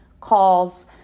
calls